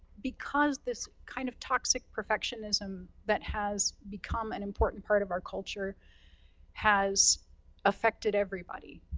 because this kind of toxic perfectionism that has become an important part of our culture has affected everybody.